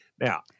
Now